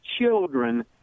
children